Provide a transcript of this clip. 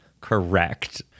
correct